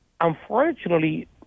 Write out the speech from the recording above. Unfortunately